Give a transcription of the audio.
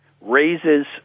raises